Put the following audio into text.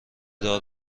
دار